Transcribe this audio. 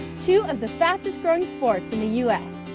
two of the fastest growing sports in the us,